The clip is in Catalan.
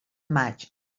maig